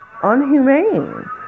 unhumane